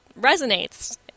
resonates